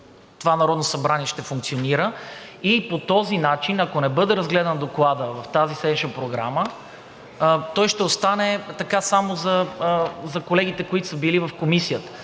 това Народно събрание ще функционира. И по този начин, ако не бъде разгледан Докладът в тази седмична програма, той ще остане само за колегите, които са били в Комисията.